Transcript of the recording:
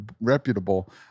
reputable